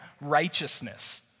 righteousness